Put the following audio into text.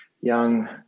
young